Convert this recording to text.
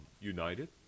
united